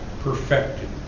perfected